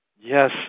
Yes